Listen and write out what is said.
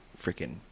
freaking